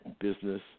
business